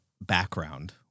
background